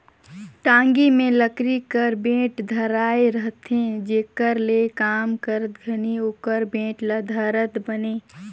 टागी मे लकरी कर बेठ धराए रहथे जेकर ले काम करत घनी ओकर बेठ ल धरत बने